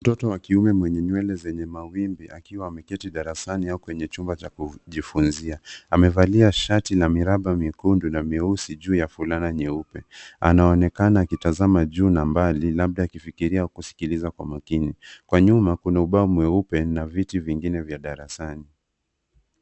Mtoto wa kiume mwenye nywele zenye mawimbi akiwa ameketi darasani au kwenye chumba cha kujifuniza. Amevalia shati na miraba mekundu na meusi juu ya fulana nyeupe. Anaonekana akitazama juu na mbali labda akifikiria au kusikiliza kwa umakini. Kwa nyuma kuna ubao mweupe na viti vingine vya darasani.